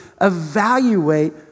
evaluate